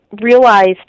realized